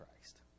Christ